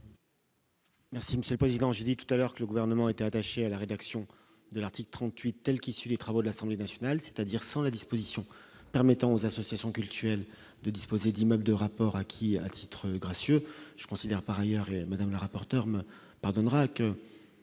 Monsieur le Président, j'ai dit tout à l'heure que le gouvernement était attaché à la rédaction de l'article 38 telle qui suit les travaux de l'Assemblée nationale, c'est-à-dire sans la disposition permettant aux associations cultuelles de disposer d'imams de rapport à qui, à titre gracieux, je considère par ailleurs Madame la rapporteur me pardonnera que